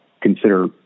consider